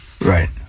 Right